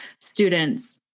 students